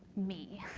me.